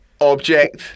object